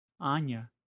Anya